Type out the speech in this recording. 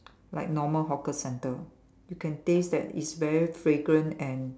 like normal hawker center you can taste that it's very fragrant and